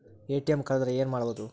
ATM ಕಳದ್ರ ಏನು ಮಾಡೋದು?